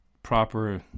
Proper